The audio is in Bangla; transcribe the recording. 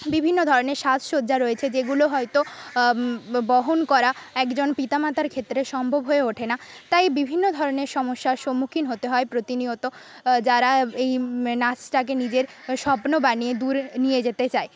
বিভিন্ন ধরনের সাজসজ্জা রয়েছে যেগুলো হয়তো বহন করা একজন পিতামাতার ক্ষেত্রে সম্ভব হয়ে ওঠে না তাই বিভিন্ন ধরনের সমস্যার সম্মুখীন হতে হয় প্রতিনিয়ত যারা এই নাচটাকে নিজের স্বপ্ন বানিয়ে দূরে নিয়ে যেতে চায়